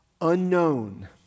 unknown